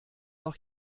noch